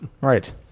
Right